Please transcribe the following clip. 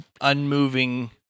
unmoving